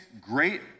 great